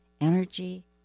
energy